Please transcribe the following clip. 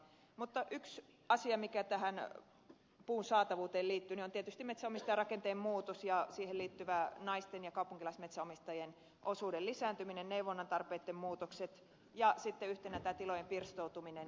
mutta yksi asia mikä tähän puun saatavuuteen liittyy on tietysti metsänomistajarakenteen muutos ja siihen liittyvä naisomistajien ja kaupunkilaismetsänomistajien osuuden lisääntyminen neuvonnan tarpeitten muutokset ja sitten yhtenä tämä tilojen pirstoutuminen